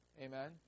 Amen